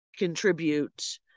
contribute